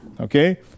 Okay